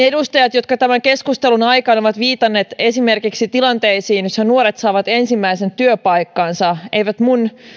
edustajat jotka tämän keskustelun aikana ovat viitanneet esimerkiksi tilanteisiin joissa nuoret saavat ensimmäisen työpaikkansa eivät minun